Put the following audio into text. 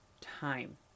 time